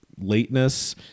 lateness